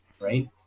right